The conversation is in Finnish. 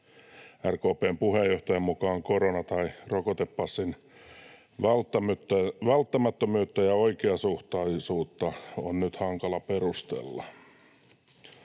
RKP:n puheenjohtajan mukaan korona- tai rokotepassin välttämättömyyttä ja oikeasuhtaisuutta on nyt hankala perustella.”